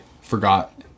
forgot